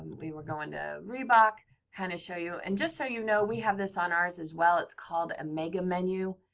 we were going to reebok to kind of show you. and just so you know, we have this on ours as well. it's called a mega menu.